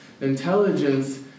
intelligence